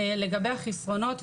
לגבי החסרונות,